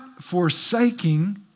forsaking